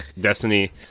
Destiny